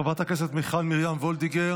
חברת הכנסת מיכל מרים וולדיגר,